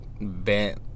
bent